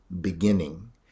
beginning